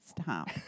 Stop